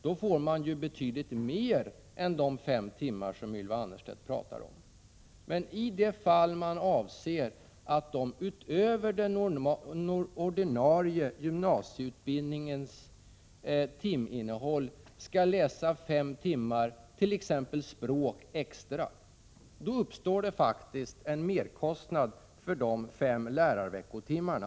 Då får man betydligt mer än de fem timmar som Ylva Annerstedt talar om. Men avser man att de utöver den ordinarie gymnasieutbildningens timinnehåll skall läsa fem timmar språk t.ex., uppstår det faktiskt en merkostnad för de fem lärarveckotimmarna.